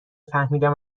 فهمیدم